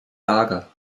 lager